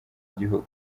igihugu